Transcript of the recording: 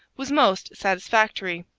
was most satisfactory.